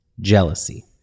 jealousy